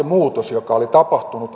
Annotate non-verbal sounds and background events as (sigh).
(unintelligible) muutos joka oli tapahtunut